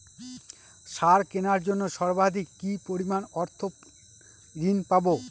সার কেনার জন্য সর্বাধিক কি পরিমাণ অর্থ ঋণ পাব?